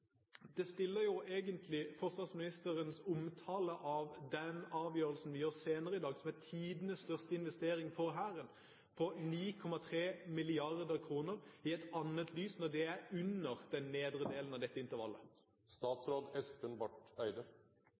Det stiller jo egentlig forsvarsministerens omtale av den avgjørelsen vi gjør senere i dag, som er tidenes største investering for Hæren, på 9,3 mrd. kr, i et annet lys, når den er under den nedre delen av dette intervallet.